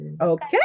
okay